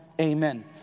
Amen